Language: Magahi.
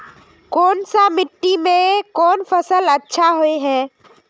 कोन सा मिट्टी में कोन फसल अच्छा होय है?